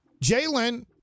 Jalen